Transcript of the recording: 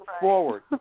forward